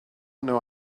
know